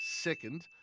second